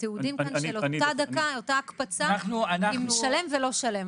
תיעודים כאן של אותה הקפצה עם שלם ולא שלם,